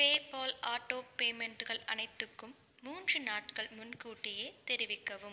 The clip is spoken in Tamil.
பேபால் ஆட்டோ பேமென்ட்டுகள் அனைத்துக்கும் மூன்று நாட்கள் முன்கூட்டியே தெரிவிக்கவும்